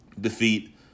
defeat